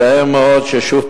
מצער מאוד ששוב,